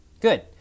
Good